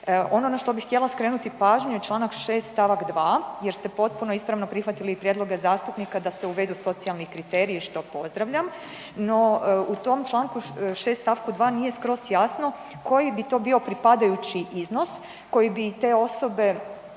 Ono na što bih htjela skrenuti pažnju je čl. 6. st. 2. jer ste potpuno ispravno prihvatili prijedloge zastupnika da se uvedu socijalni kriteriji, što pozdravljam. No, u tom čl. 6. st. 2. nije skroz jasno koji bi to bio pripadajući iznos koji bi te osobe